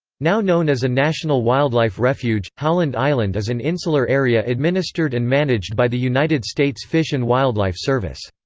now known as a national wildlife refuge, howland island is an insular area administered and managed by the united states fish and wildlife service.